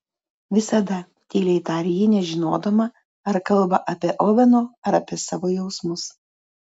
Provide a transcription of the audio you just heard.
visada tyliai tarė ji nežinodama ar kalba apie oveno ar apie savo jausmus